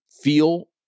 feel